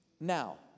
Now